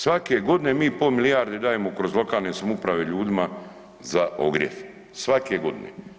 Svake godine mi pol milijarde dajemo kroz lokalne samouprave ljudima za ogrjev, svake godine.